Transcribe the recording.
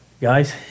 Guys